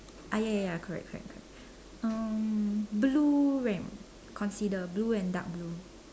ah ya ya ya correct correct correct um blue ram consider blue and dark blue